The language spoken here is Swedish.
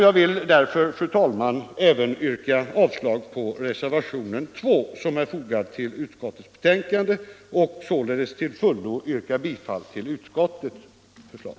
Jag vill därför, fru talman, till fullo yrka bifall till utskottets förslag.